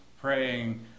praying